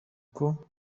uko